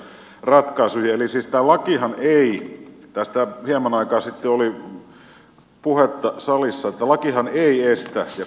eli siis tämä lakihan ei estä tästä hieman aikaa sitten oli puhetta salissa ovat ihan eri asia